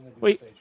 wait